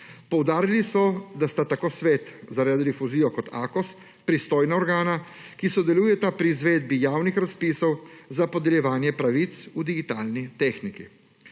Poudarili so, da sta tako Svet za radiodifuzijo kot Akos, pristojna organa, ki sodelujeta pri izvedbi javnih razpisov za podeljevanje pravic v digitalni tehniki.